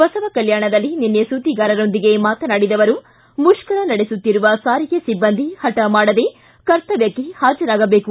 ಬಸವಕಲ್ಕಾಣದಲ್ಲಿ ನಿನ್ನೆ ಸುದ್ದಿಗಾರರೊಂದಿಗೆ ಮಾತನಾಡಿದ ಅವರು ಮುಷ್ಕರ್ ನಡೆಸುತ್ತಿರುವ ಸಾರಿಗೆ ಸಿಬ್ಬಂದಿ ಹಠ ಮಾಡದೇ ಕರ್ತವ್ಯಕ್ಷೆ ಹಾಜರಾಗಬೇಕು